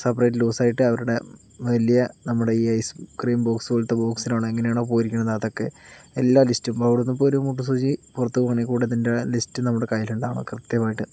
separate ലൂസായിട്ട് അവരുടെ വലിയ നമ്മുടെ ഈ ഐസ് ക്രീം ബോക്സ് പോലത്തെ ബോക്സിലാണോ എങ്ങനെയാണ് പോയിരിക്കുന്നത് അതൊക്കെ എല്ലാ ലിസ്റ്റും അവിടെ നിന്ന് ഇപ്പോളൊരു മൊട്ടുസൂചി പുറത്തു പോവുകയാണെ കൂടി അതിൻ്റെ ലിസ്റ്റ് നമ്മുടെ കയ്യിലുണ്ടാകണം കൃത്യമായിട്ട്